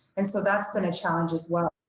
and so that's been a challenge as well,